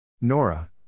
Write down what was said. Nora